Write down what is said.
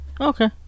Okay